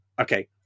Okay